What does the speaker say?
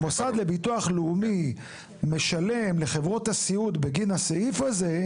המוסד לביטוח לאומי משלם לחברות הסיעוד בגין הסעיף הזה,